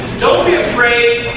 don't be afraid